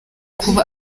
kuba